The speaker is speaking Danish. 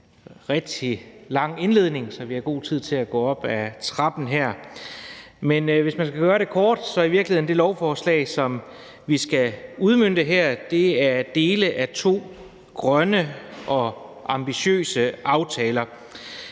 rigtig lang indledning, så vi har god tid til at gå op ad trappen her. Men hvis man skal gøre det kort, er det lovforslag, som vi skal behandle her, i virkeligheden en del af to grønne og ambitiøse aftaler,